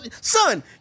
Son